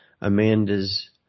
Amanda's